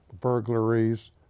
burglaries